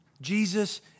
Jesus